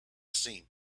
seemed